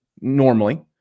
Normally